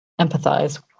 empathize